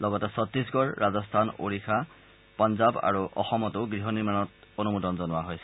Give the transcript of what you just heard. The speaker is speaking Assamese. লগতে চত্তিশগড় ৰাজস্থান ওড়িষা পঞ্জাব আৰু অসমতো গৃহ নিৰ্মাণত অনুমোদন জনাইছে